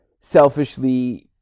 selfishly